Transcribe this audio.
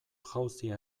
jauzia